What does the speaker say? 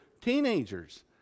teenagers